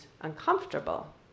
uncomfortable